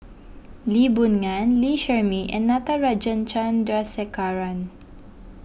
Lee Boon Ngan Lee Shermay and Natarajan Chandrasekaran